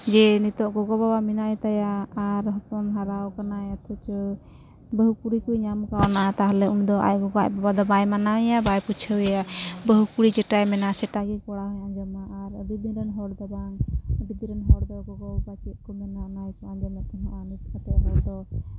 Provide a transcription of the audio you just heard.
ᱡᱮ ᱱᱤᱛᱚᱜ ᱜᱚᱜᱚᱼᱵᱟᱵᱟ ᱢᱮᱱᱟᱭᱛᱟᱭᱟ ᱟᱨ ᱦᱚᱯᱚᱱ ᱦᱟᱨᱟᱣᱟᱠᱟᱱᱟᱭ ᱚᱛᱷᱚᱪᱚ ᱵᱟᱹᱦᱩᱠᱩᱲᱤ ᱠᱚ ᱧᱟᱢᱠᱟᱣᱱᱟ ᱛᱟᱦᱚᱞᱮ ᱩᱱᱫᱚ ᱟᱡ ᱜᱚᱜᱚ ᱟᱡ ᱵᱟᱵᱟ ᱵᱟᱭ ᱢᱟᱱᱟᱣᱮᱭᱟ ᱵᱟᱭ ᱯᱩᱪᱷᱟᱹᱣᱮᱭᱟ ᱵᱟᱹᱦᱩᱠᱩᱲᱤ ᱡᱮᱴᱟᱭ ᱢᱮᱱᱟ ᱥᱮᱴᱟᱜᱮ ᱠᱚᱲᱟᱦᱚᱸᱭ ᱟᱸᱡᱚᱢᱟ ᱟᱨ ᱟᱹᱰᱤᱫᱤᱱᱨᱮᱱ ᱦᱚᱲᱫᱚ ᱵᱟᱝ ᱟᱹᱰᱤᱫᱤᱱᱨᱮᱱ ᱦᱚᱲᱫᱚ ᱜᱚᱜᱚᱼᱵᱟᱵᱟ ᱪᱮᱫᱠᱚ ᱢᱮᱱᱟ ᱚᱱᱟᱜᱮᱭ ᱟᱸᱡᱚᱢᱮᱫ ᱛᱮᱦᱮᱸᱫᱼᱟ ᱱᱤᱛᱠᱟᱛᱮᱫ ᱦᱚᱲᱫᱚ